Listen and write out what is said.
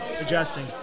adjusting